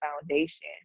foundation